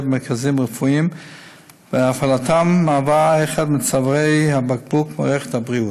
במרכזים רפואיים והפעלתם היא אחד מצווארי הבקבוק במערכת הבריאות.